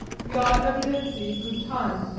we are evidently in good time,